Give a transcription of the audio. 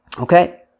Okay